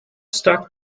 struck